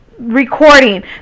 recording